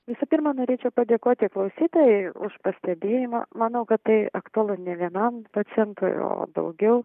visų pirma norėčiau padėkoti klausytojai už pastebėjimą manau kad tai aktualu ne vienam pacientui o daugiau